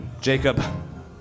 Jacob